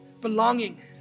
Belonging